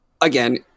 again